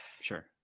sure